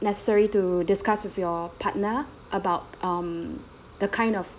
necessary to discuss with your partner about um the kind of